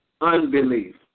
unbelief